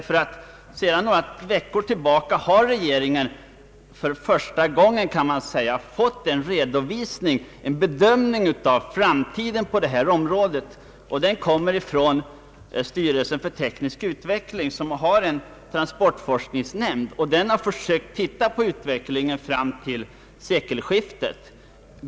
För några veckor sedan fick nämligen regeringen — kanske för första gången — en bedömning av framtiden på detta område. Den har gjorts av styrelsen för teknisk utveckling, som har en transportforskningsnämnd, vilken har försökt studera utvecklingen fram till sekelskiftet.